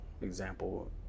example